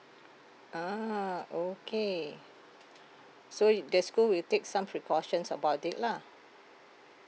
a'ah okay so you the school take some precautions about it lah